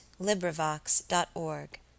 LibriVox.org